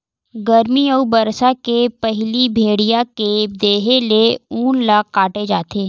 गरमी अउ बरसा के पहिली भेड़िया के देहे ले ऊन ल काटे जाथे